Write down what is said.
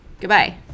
Goodbye